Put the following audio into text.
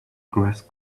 grass